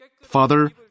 Father